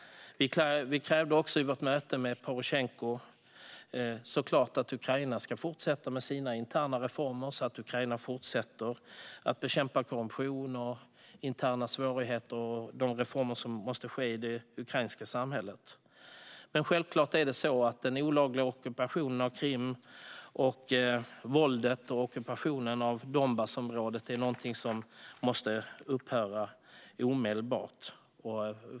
Vi krävde vid vårt möte med Porosjenko såklart att Ukraina ska fortsätta med sina interna reformer, att landet fortsätter att bekämpa korruption och interna svårigheter och att man genomför de reformer som måste ske i det ukrainska samhället. Men självklart är det så att den olagliga ockupationen av Krim samt våldet i och ockupation av Donbassområdet är någonting som måste upphöra omedelbart.